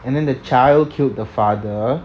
and then the child killed the father